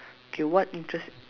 okay what interest